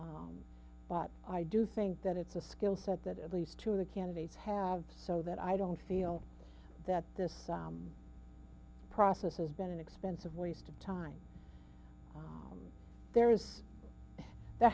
but i do think that it's a skill set that at least two of the candidates have so that i don't feel that this process has been an expensive waste of time there is that